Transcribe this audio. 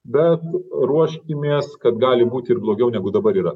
bet ruoškimės kad gali būt ir blogiau negu dabar yra